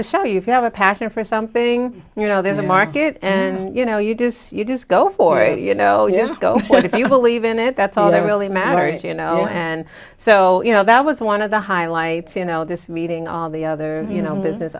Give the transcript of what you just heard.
if you have a passion for something you know there's a market and you know you just you just go for it you know you go if you believe in it that's all that really matters you know and so you know that was one of the highlights you know this meeting all the other you know business